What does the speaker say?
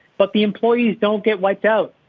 but the employees don't get wiped out.